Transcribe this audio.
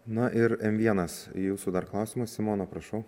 na ir em vienas jūsų dar klausimas simona prašau